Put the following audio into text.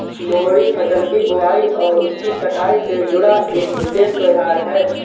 लोहड़ी फसल की बुआई और उसकी कटाई से जुड़ा एक विशेष त्यौहार है